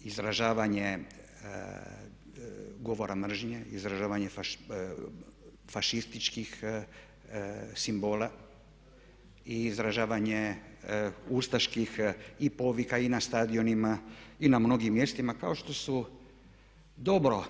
izražavanje govora mržnje, izražavanje fašističkih simbola i izražavanje ustaških i povika i na stadionima i na mnogim mjestima kao što su dobro